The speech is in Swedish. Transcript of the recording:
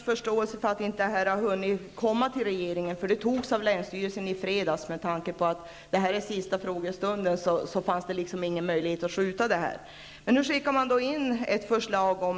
Jag förstår att detta inte ännu har kommit fram till regeringen, eftersom det antogs av länsstyrelsen i fredags. Med tanke på att det här är den sista av höstens frågestunder fanns det dock ingen möjlighet att skjuta upp denna diskussion.